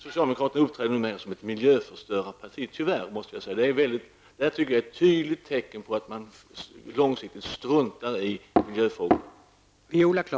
Socialdemokraterna uppträder som ett miljöförstörarparti, tyvärr, måste jag säga. Det är ett tydligt tecken på att man långsiktigt struntar i miljöfrågorna.